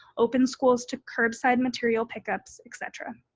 open schools to curbside material pickups, et cetera.